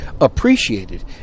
appreciated